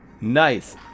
Nice